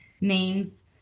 names